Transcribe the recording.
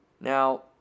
Now